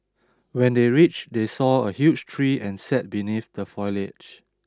when they reached they saw a huge tree and sat beneath the foliage